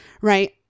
right